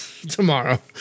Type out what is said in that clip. tomorrow